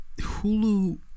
Hulu